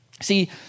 See